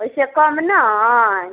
ओइसे कम नहीं